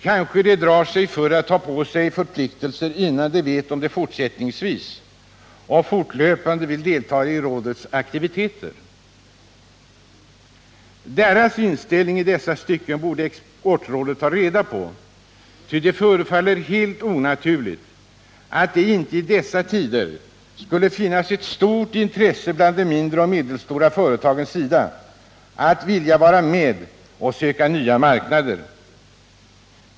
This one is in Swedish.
Kanske drar de sig för att ta på sig förpliktelser, innan de vet om de fortsättningsvis och fortlöpande vill deltaga i rådets aktiviteter. Deras inställning i dessa stycken borde Exportrådet ta reda på. Det förefaller helt onaturligt, att det inte i dessa tider skulle finnas ett stort intresse från de mindre och medelstora företagens sida att vilja vara med och söka nya marknader.